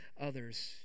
others